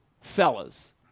fellas